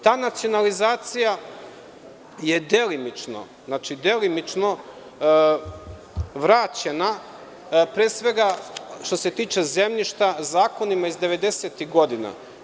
Ta nacionalizacija je delimično vraćena, pre svega, što se tiče zemljišta, zakonima iz devedesetih godina.